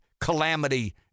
calamity